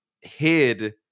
hid